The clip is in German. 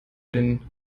den